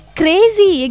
crazy